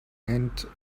and